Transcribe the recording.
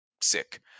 sick